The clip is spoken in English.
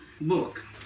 book